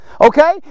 Okay